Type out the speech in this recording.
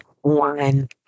one